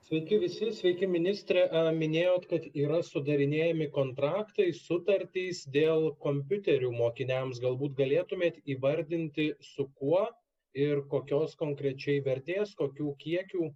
sveiki visi sveiki ministre minėjot kad yra sudarinėjami kontraktai sutartys dėl kompiuterių mokiniams galbūt galėtumėt įvardinti su kuo ir kokios konkrečiai vertės kokių kiekių